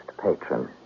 patron